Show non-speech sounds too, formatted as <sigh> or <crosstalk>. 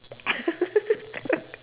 <laughs>